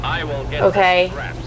Okay